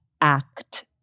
act